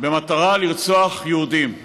במטרה לרצוח יהודים.